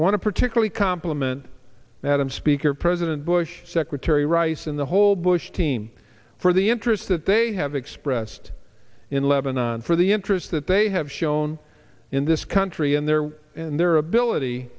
to particularly compliment madam speaker president bush secretary rice and the whole bush team for the interest that they have expressed in lebanon for the interest that they have shown in this country and their and their ability